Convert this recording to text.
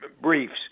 briefs